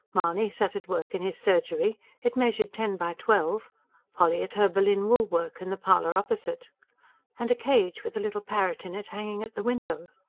mahony sat at work in his surgery it measured ten by twelve polly at her berlin-woolwork in the parlour opposite and a cage with a little parrot in it, hanging at the window.